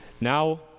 Now